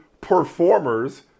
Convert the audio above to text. performers